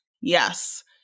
Yes